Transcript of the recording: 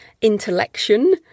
intellection